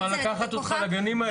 אני מוכן לקחת אותך לגנים האלה.